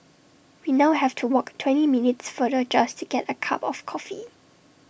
we now have to walk twenty minutes farther just to get A cup of coffee